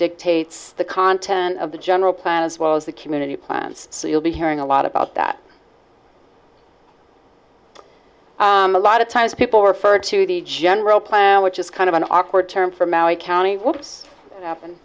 dictates the content of the general plan as well as the community plans so you'll be hearing a lot about that a lot of times people refer to the general plan which is kind of an awkward term for maui county what's happen